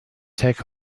take